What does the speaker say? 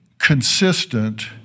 consistent